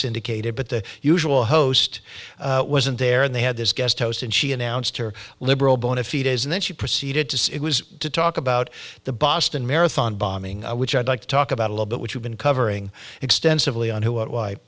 syndicated but the usual host wasn't there and they had this guest host and she announced her liberal bone a few days and then she proceeded to say it was to talk about the boston marathon bombing which i'd like to talk about a little bit we've been covering extensively on who what why